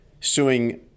suing